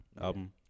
album